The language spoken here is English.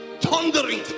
thundering